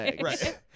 Right